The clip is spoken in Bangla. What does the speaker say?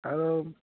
আর ও